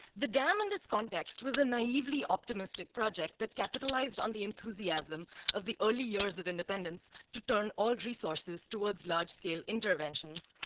the dam in this context was a naively optimistic project that capitalized on the enthusiasm of the early years of independence to turn all resources towards large scale interventions.